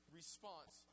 response